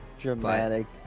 Dramatic